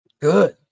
good